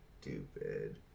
stupid